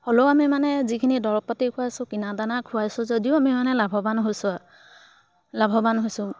হ'লেও আমি মানে যিখিনি দৰৱ পাতি খুৱাইছোঁ কিনা দানা খুৱাইছোঁ যদিও আমি মানে লাভৱান হৈছোঁ আৰু লাভৱান হৈছোঁ